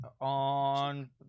On